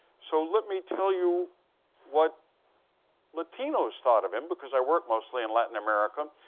so let me tell you what latinos thought of him because i worked mostly in latin america.